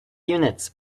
units